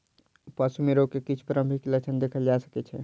पशु में रोग के किछ प्रारंभिक लक्षण देखल जा सकै छै